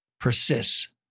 persists